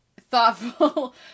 thoughtful